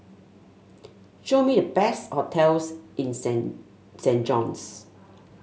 show me the best hotels in Saint Saint John's